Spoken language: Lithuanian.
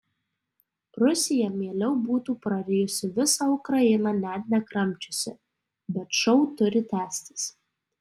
rusija mieliau būtų prarijusi visą ukrainą net nekramčiusi bet šou turi tęstis